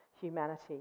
Humanity